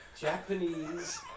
Japanese